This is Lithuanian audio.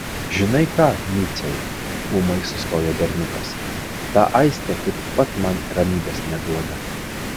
žinai ką miciau ūmai sustojo berniukas ta aistė kaip pat man ramybės neduoda